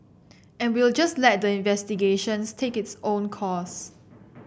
and we'll just let the investigations take its own course